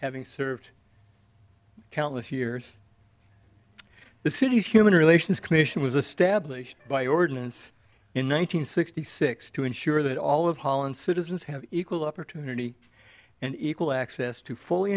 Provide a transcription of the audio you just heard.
having served countless years the city's human relations commission was a stablished by ordinance in one nine hundred sixty six to ensure that all of holland citizens have equal opportunity and equal access to fully